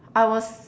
I was